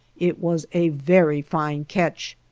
it was a very fine catch,